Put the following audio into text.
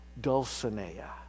Dulcinea